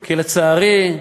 כי, לצערי,